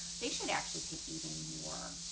they should actually take even more.